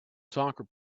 soccer